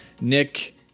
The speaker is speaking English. Nick